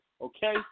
Okay